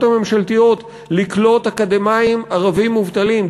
הממשלתיות לקלוט אקדמאים ערבים מובטלים.